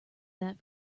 that